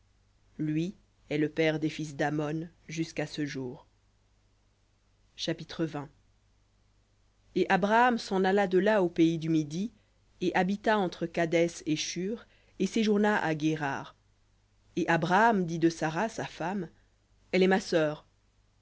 lui est le père des fils d'ammon jusqu'à ce jour chapitre et abraham s'en alla de là au pays du midi et habita entre kadès et shur et séjourna à guérar et abraham dit de sara sa femme elle est ma sœur